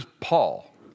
Paul